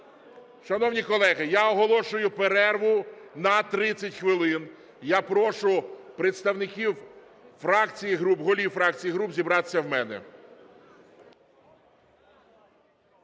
Шановні колеги, я оголошую перерву на 30 хвилин. Я прошу представників фракцій і груп, голів фракцій і груп, зібратися в мене.